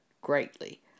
greatly